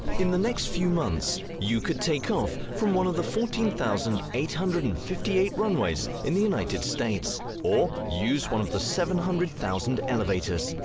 in the next few months, you could take off from one of the fourteen thousand eight hundred and fifty eight runways in the united states, or use one of the seven hundred thousand elevators.